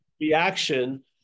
reaction